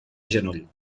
genoll